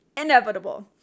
inevitable